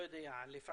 לא יודע, לשמור,